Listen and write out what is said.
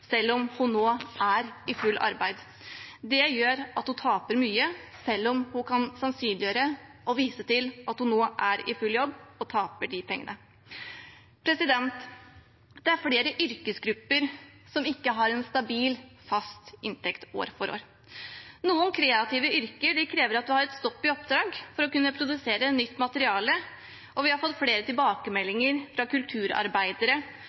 full jobb og taper de pengene. Det er flere yrkesgrupper som ikke har en stabil, fast inntekt år for år. Noen kreative yrker krever at en har et stopp i oppdrag for å kunne produsere nytt materiale. Vi har fått flere tilbakemeldinger fra kulturarbeidere